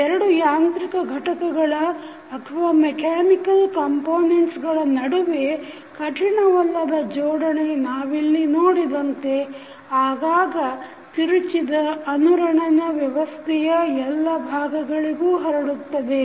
ಎರಡು ಯಾಂತ್ರಿಕ ಘಟಕಗಳ ನಡುವೆ ಕಠಿಣವಲ್ಲದ ಜೋಡಣೆ ನಾವಿಲ್ಲಿ ನೋಡಿದಂತೆ ಆಗಾಗ ತಿರುಚಿದ ಅನುರಣನ ವ್ಯವಸ್ಥೆಯ ಎಲ್ಲ ಭಾಗಗಳಿಗೂ ಹರಡುತ್ತದೆ